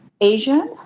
Asian